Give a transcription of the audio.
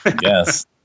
Yes